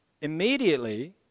Immediately